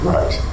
Right